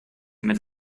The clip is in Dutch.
met